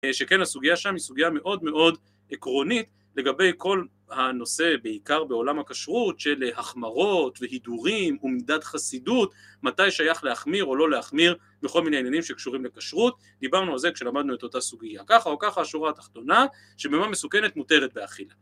שכן הסוגיה שם היא סוגיה מאוד מאוד עקרונית, לגבי כל הנושא בעיקר בעולם הכשרות, של החמרות, והידורים, ומידת חסידות, מתי שייך להחמיר או לא להחמיר וכל מיני עניינים שקשורים לכשרות, דיברנו על זה כשלמדנו את אותה סוגיה. ככה או ככה השורה התחתונה שבהמה מסוכנת מותרת באכילה.